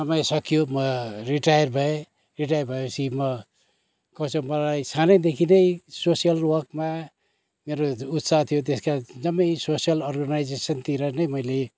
समय सकियो म रिटायर भएँ रिटायर भएछि म कसो मलाई सानैदेखि नै सोसियल वर्कमा मेरो उत्साह थियो त्यसकारण जम्मै सोसियल अर्गनाइजेसनतिर नै मैले